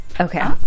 Okay